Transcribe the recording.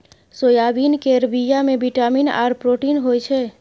soybean केर बीया मे बिटामिन आर प्रोटीन होई छै